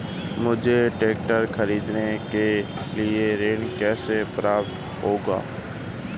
मुझे ट्रैक्टर खरीदने के लिए ऋण कैसे प्राप्त होगा?